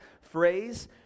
phrase